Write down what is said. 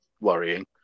worrying